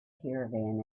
caravan